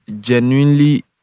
genuinely